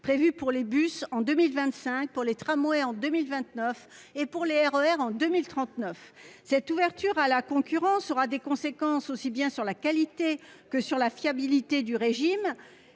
prévue pour les bus en 2025, pour les tramways en 2029 et pour les RER en 2039. Cette ouverture à la concurrence aura des conséquences aussi bien sur la qualité que sur la fiabilité du régime.